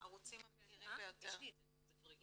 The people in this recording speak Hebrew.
הערוצים המהירים ביותר בקהילה.